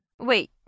Wait